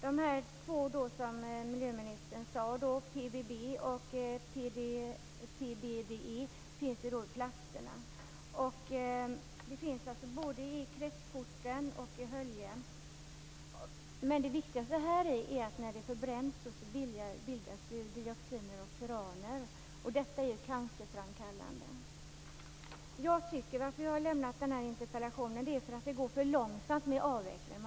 De två ämnen som miljöministern nämnde, PBB och PBDE, finns i plaster, både i kretskort och i höljen. Det viktigaste är dock att när dessa ämnen förbränns bildas det dioxiner och furaner, och dessa är ju cancerframkallande. Anledningen till att jag har lämnat den här interpellationen är att det går för långsamt med avvecklingen.